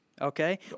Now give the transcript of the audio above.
okay